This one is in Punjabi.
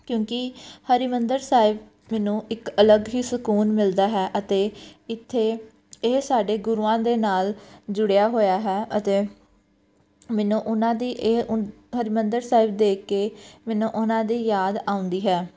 ਕਿਉਂਕਿ ਹਰਿਮੰਦਰ ਸਾਹਿਬ ਮੈਨੂੰ ਇੱਕ ਅਲੱਗ ਹੀ ਸਕੂਨ ਮਿਲਦਾ ਹੈ ਅਤੇ ਇੱਥੇ ਇਹ ਸਾਡੇ ਗੁਰੂਆਂ ਦੇ ਨਾਲ ਜੁੜਿਆ ਹੋਇਆ ਹੈ ਅਤੇ ਮੈਨੂੰ ਉਹਨਾਂ ਦੀ ਇਹ ਉਨ ਹਰਿਮੰਦਰ ਸਾਹਿਬ ਦੇਖ ਕੇ ਮੈਨੂੰ ਉਹਨਾਂ ਦੀ ਯਾਦ ਆਉਂਦੀ ਹੈ